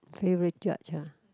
favourite judge ah